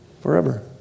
forever